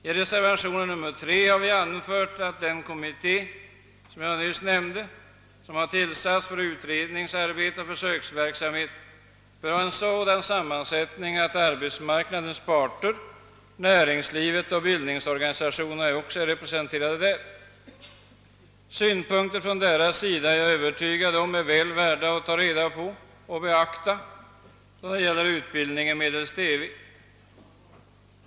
I reservationen 3 har vi anfört att den kommitté som har tillsatts för utredningsarbete och försöksverksamhet bör ha en sådan sammansättning att arbetsmarknadens parter, näringslivets organisationer och bildningsorganisationerna också blir representerade. Jag är övertygad om att synpunkter från dessa parters sida är väl värda att beaktäa då det gäller utbildningen genom TV.